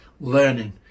learning